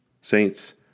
Saints